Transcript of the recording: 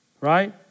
Right